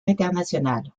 internationale